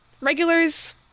regulars